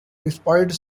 despite